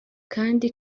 kandi